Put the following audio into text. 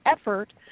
effort